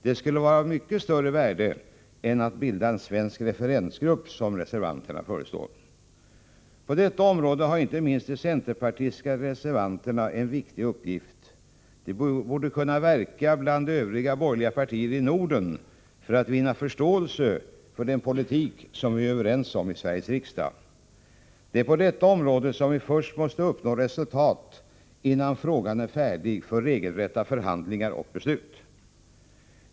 Detta skulle vara av mycket större värde än att bilda en svensk referensgrupp, som reservanterna föreslår. På detta område har inte minst de centerpartistiska reservanterna en viktig uppgift. De borde kunna verka bland övriga borgerliga partier i Norden för att vinna förståelse för den politik som vi är överens om i Sveriges riksdag. Det är på detta område vi först måste uppnå resultat, innan frågan är färdig för regelrätta förhandlingar och beslut.